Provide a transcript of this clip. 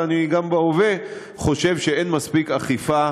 וגם בהווה אני חושב שאין מספיק אכיפה